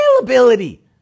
availability